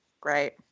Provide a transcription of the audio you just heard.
Great